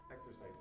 exercise